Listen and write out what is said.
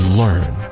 learn